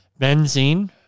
Benzene